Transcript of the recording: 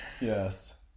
Yes